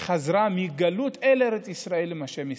שחזרה מגלות אל ארץ ישראל עם השם ישראל.